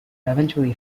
eventually